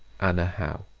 anna howe.